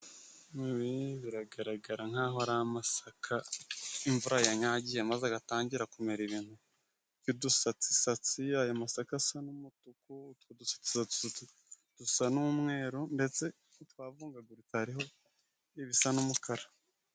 Ibi biragaragara nk'aho ari amasaka imvura yanyagiye maze agatangira kumera ibintu by'udusatsisatsi. Aya masaka asa n'umutuku, utwo dusatsi dusa n'umweru, ndetse utwo twavungaguritse hariho ibisa n'umukara.